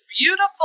beautiful